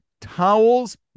towels